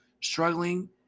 struggling